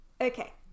Okay